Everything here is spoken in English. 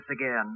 again